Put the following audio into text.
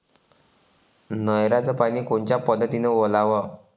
नयराचं पानी कोनच्या पद्धतीनं ओलाव?